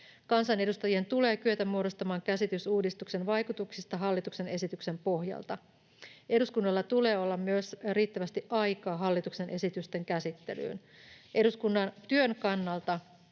Kansanedustajien tulee kyetä muodostamaan käsitys uudistuksen vaikutuksista hallituksen esityksen pohjalta. Eduskunnalla tulee olla myös riittävästi aikaa hallituksen esitysten käsittelyyn. Eduskunnan työn kannalta